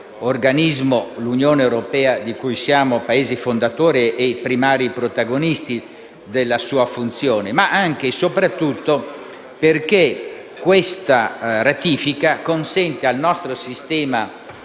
(organismo, l'Unione europea, di cui siamo Paese fondatore e primari protagonisti della sua funzione), ma anche e soprattutto perché questa ratifica consente al nostro sistema